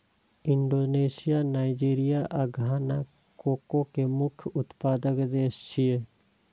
Indonesia, Nigeria आ Ghana cocoa के मुख्य उत्पादक देश छियै